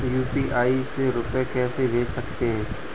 UPI से रुपया कैसे भेज सकते हैं?